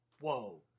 Whoa